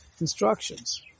instructions